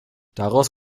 daraus